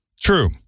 True